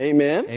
Amen